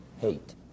hate